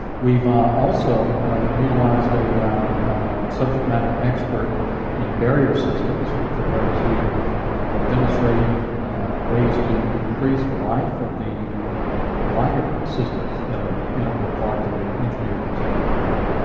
we've also utilized a subject matter expert in barrier systems with regard to demonstrating ways to increase the life of the liner systems that are integral part of the engineer containment mound,